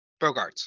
Bogarts